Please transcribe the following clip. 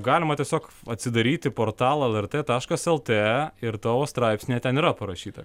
galima tiesiog atsidaryti portalą lrt taškas lt ir tavo straipsnyje ten yra parašyta